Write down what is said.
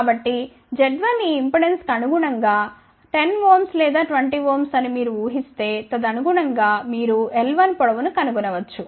కాబట్టి Z1 ఈ ఇంపెడెన్స్కు అనుగుణంగా 10Ω లేదా 20 Ω అని మీరు ఊహిస్తే తదనుగుణం గా మీరుl1 పొడవు ను కనుగొనవచ్చు